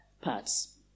parts